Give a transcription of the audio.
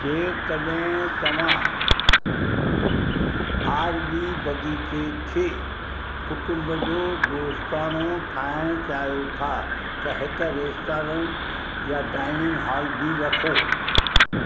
जेकॾहिं तव्हां आरवी बाग़ीचे खे कुटुंब जो दोस्ताणो ठाहिण चाहियो था त हिकु रेस्टोरंट या डाइनिंग हॉल बि रखो